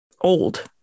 old